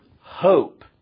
hope